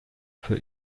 für